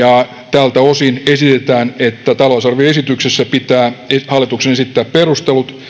tältä osin esitetään että talousarvioesityksessä pitää hallituksen esittää perustelut